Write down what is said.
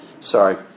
sorry